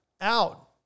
out